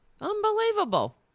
Unbelievable